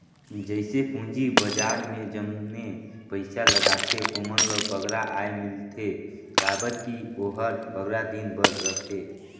जइसे पूंजी बजार में जमने पइसा लगाथें ओमन ल बगरा आय मिलथे काबर कि ओहर बगरा दिन बर रहथे